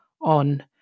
on